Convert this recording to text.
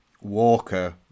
Walker